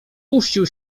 puścił